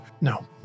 No